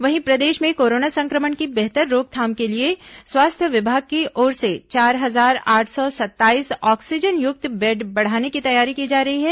वहीं प्रदेश में कोरोना संक्रमण की बेहतर रोकथाम के लिए स्वास्थ्य विभाग की ओर से चार हजार आठ सौ सत्ताईस ऑक्सीजनयुक्त बेड बढ़ाने की तैयारी की जा रही है